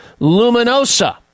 Luminosa